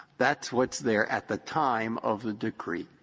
that's what's there at the time of the decree.